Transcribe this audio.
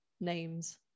names